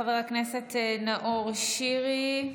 חבר הכנסת נאור שירי.